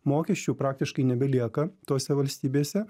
mokesčių praktiškai nebelieka tose valstybėse